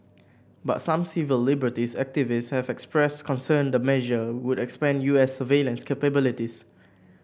but some civil liberties activists have expressed concern the measure would expand U S surveillance capabilities